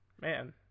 Man